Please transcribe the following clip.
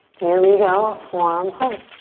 here we go, forearm plank.